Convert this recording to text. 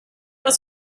was